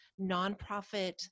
nonprofit